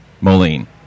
Moline